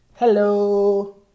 Hello